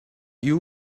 you